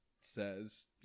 says